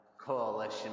coalition